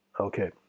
okay